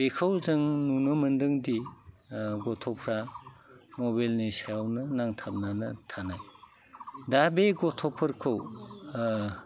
बेखौ जों नुनो मोनदोंदि गथ'फ्रा मबाइलनि सायावनो नांथाबनानै थानाय दा बे गथ'फोरखौ